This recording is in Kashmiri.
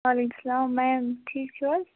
وعلیکُم سلام میم ٹھیٖک چھُو حظ